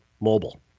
mobile